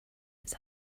its